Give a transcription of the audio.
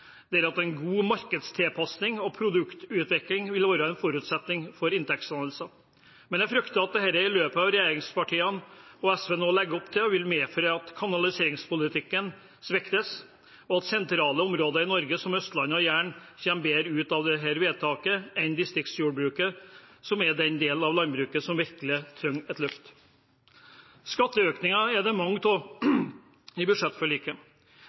at en god markedstilpasning og produktutvikling ville være en forutsetning for inntektsdannelser. Men jeg frykter at dette løpet regjeringspartiene og SV nå legger opp til, vil medføre at kanaliseringspolitikken svekkes, og at sentrale områder i Norge, som Østlandet og Jæren, kommer bedre ut av dette vedtaket enn distriktsjordbruket, som er den delen av landbruket som virkelig trenger et løft. Skatteøkninger er det mange av i budsjettforliket.